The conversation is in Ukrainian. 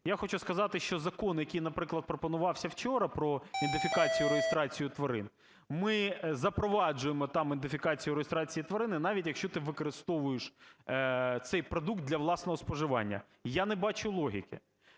я хочу сказати, що закон, який, наприклад, пропонувався вчора, "Про ідентифікацію та реєстрацію тварин", ми запроваджуємо там ідентифікацію, реєстрацію тварин, навіть якщо ти використовуєш цей продукт для власного споживання. Я не бачу логіки.